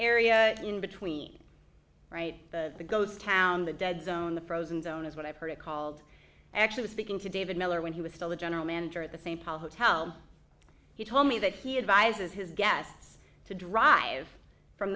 area in between right the ghost town the dead zone the pros and zone is what i've heard it called actually speaking to david miller when he was still the general manager at the st paul hotel he told me that he advises his guests to drive from